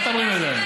מה אתה מרים ידיים?